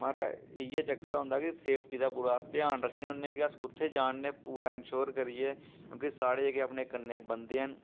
महाराज़ इ'यै चक्कर होंदा कि सेफ्टी दा पूरा अस ध्यान रक्खने होन्ने कि अस कुत्थे जा ने पूरा इन्शुयर करियै क्योंके साढ़े जेह्के अपने कन्नै बंदे हैन